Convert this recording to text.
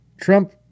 Trump